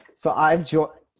so i'm